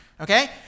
Okay